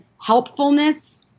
helpfulness